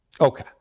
Okay